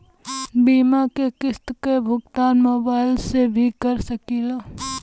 बीमा के किस्त क भुगतान मोबाइल से भी कर सकी ला?